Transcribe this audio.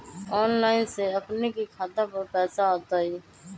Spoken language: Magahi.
ऑनलाइन से अपने के खाता पर पैसा आ तई?